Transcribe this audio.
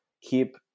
keep